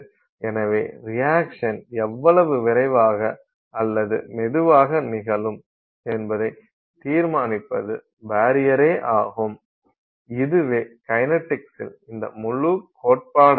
எனவே ரியாக்சன் எவ்வளவு விரைவாக அல்லது மெதுவாக நிகழும் என்பதைத் தீர்மானிப்பது பரியரே ஆகும் இதுவே கைனடிக்ஸின் இந்த முழு கோட்பாடாகும்